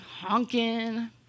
honking